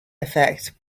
effect